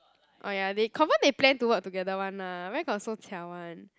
oh ya they confirm they plan to work together [one] lah where got so 巧 [one]